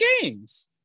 games